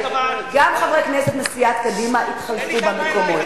גם חברי כנסת מסיעת קדימה התחלפו במקומות.